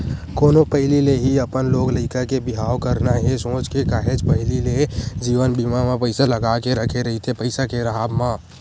कोनो पहिली ले ही अपन लोग लइका के बिहाव करना हे सोच के काहेच पहिली ले जीवन बीमा म पइसा लगा के रखे रहिथे पइसा के राहब म